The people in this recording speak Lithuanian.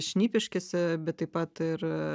šnipiškėse bet taip pat ir